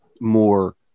more